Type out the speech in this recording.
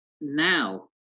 now